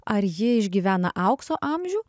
ar ji išgyvena aukso amžių